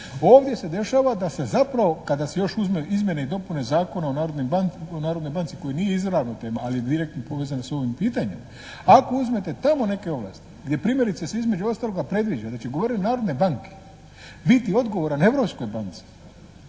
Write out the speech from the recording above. Ovdje se dešava da se zapravo kada se još uzmu izmjene i dopune Zakona o narodnoj banci koji nije izravna tema ali je direktno povezana sa ovim pitanjem. Ako uzmete tamo neke ovlasti gdje primjerice se između ostaloga predviđa da će guverner Narodne banke biti odgovoran Europskoj banci